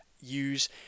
use